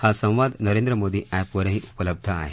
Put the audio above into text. हा संवाद नरेंद्र मोदी अँपवरही उपलब्ध आहे